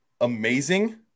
amazing